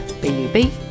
b-u-b